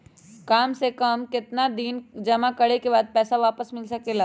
काम से कम केतना दिन जमा करें बे बाद पैसा वापस मिल सकेला?